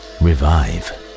revive